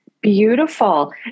Beautiful